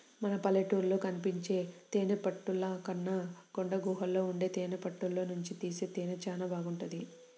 మన పల్లెటూళ్ళలో కనిపించే తేనెతుట్టెల కన్నా కొండగుహల్లో ఉండే తేనెతుట్టెల్లోనుంచి తీసే తేనె చానా బాగుంటది